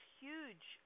huge